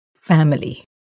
family